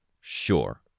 Sure